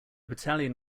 battalion